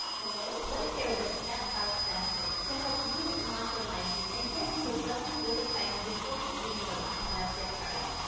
hello? what if there is a step by step playbook to help you launch your livestream and get people buzzing with excitement before you even go live? let's get started.